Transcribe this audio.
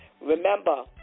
Remember